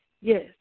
yes